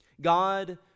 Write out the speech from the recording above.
God